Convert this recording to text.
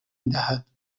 میدهد